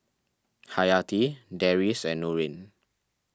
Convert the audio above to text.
Hayati Deris and Nurin